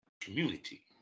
community